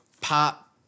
pop